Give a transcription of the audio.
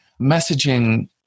messaging